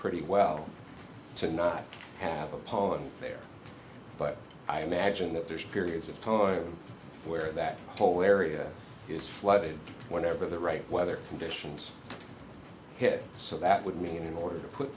pretty well to not have a poem there but i imagine that there are periods of time where that whole area is flooded whenever the right weather conditions hit so that we in order to put